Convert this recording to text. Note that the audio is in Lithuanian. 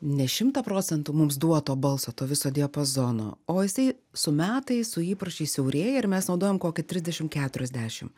ne šimtą procentų mums duoto balso to viso diapazono o jisai su metais su įpročiais siaurėja ir mes naudojam kokį trisdešimt keturiasdešimt